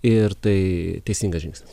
ir tai teisingas žingsnis